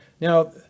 Now